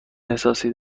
احساسی